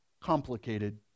complicated